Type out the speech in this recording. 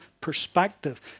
perspective